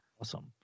Awesome